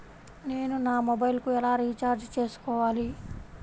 నేను నా మొబైల్కు ఎలా రీఛార్జ్ చేసుకోవాలి?